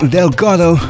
Delgado